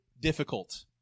difficult